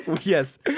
Yes